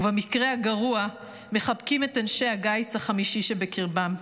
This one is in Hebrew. ובמקרה הגרוע, מחבקים את אנשי הגיס החמישי שבקרבם.